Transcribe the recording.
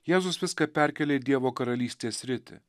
jėzus viską perkėlė į dievo karalystės sritį